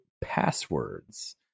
passwords